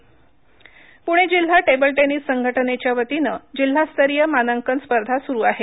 क्रीडा वृत्त प्णे जिल्हा टेबल टेनिस संघटनेच्यावतीनं जिल्हास्तरीय मानांकन स्पर्धा सुरु आहेत